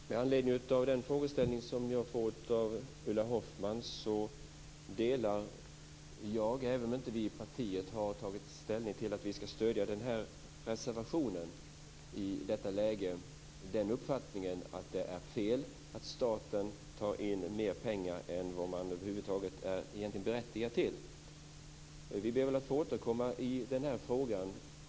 Herr talman! Med anledning av den frågeställning jag har fått av Ulla Hoffmann vill jag säga att jag delar uppfattningen, även om vi i partiet inte har tagit ställning till att vi skall stödja reservationen i detta läge, att det är fel att staten tar in mer pengar än vad man egentligen är berättigad till. Vi ber att få återkomma i den här frågan.